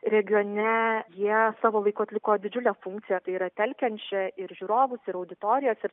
regione jie savo laiku atliko didžiulę funkciją tai yra telkiančią ir žiūrovus ir auditorijas ir